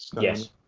yes